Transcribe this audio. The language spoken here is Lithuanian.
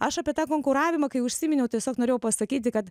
aš apie tą konkuravimą kai užsiminiau tiesiog norėjau pasakyti kad